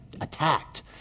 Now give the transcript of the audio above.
attacked